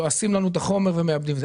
שלועסים לנו את החומר ומעבדים.